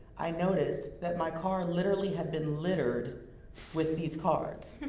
i noticed that my car literally had been littered with these cards.